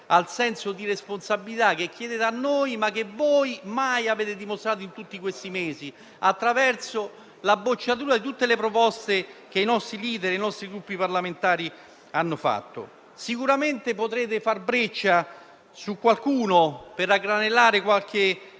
senso di responsabilità che chiedete a noi ma che voi mai avete dimostrato in tutti questi mesi, con la bocciatura di tutte le proposte che i nostri *leader* e i Gruppi parlamentari hanno presentato. Sicuramente potrete far breccia su qualcuno per raggranellare qualche